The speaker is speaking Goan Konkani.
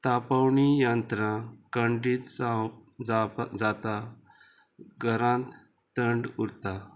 तापोवणी यंत्रां खंडीत जावप जाव जाता घरांत थंड उरता